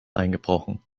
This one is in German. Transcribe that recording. eingebrochen